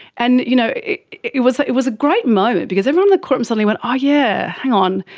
and you know it was it was a great moment because everyone the court suddenly went oh yeah, hang on,